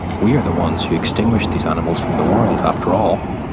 we are the ones who extinguished these animals from the world, after all.